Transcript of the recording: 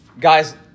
Guys